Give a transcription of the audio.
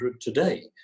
today